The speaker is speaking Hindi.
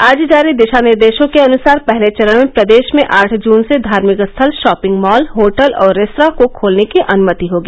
आज जारी दिशानिर्देशों के अनुसार पहले चरण में प्रदेश में आठ जून से धार्मिक स्थल शॉपिंग मॉल होटल और रेस्त्रा को खोलने की अनुमति होगी